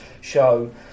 show